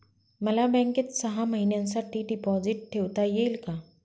मला बँकेत सहा महिन्यांसाठी डिपॉझिट ठेवता येईल का?